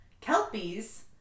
Kelpies